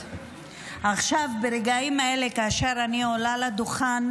אלה, כאשר אני עולה לדוכן